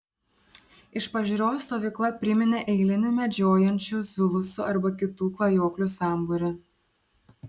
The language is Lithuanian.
iš pažiūros stovykla priminė eilinį medžiojančių zulusų arba kitų klajoklių sambūrį